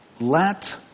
let